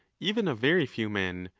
even a very few men,